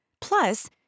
Plus